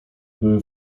były